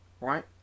right